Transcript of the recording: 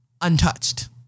untouched